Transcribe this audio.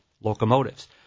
locomotives